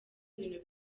ibintu